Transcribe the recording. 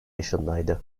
yaşındaydı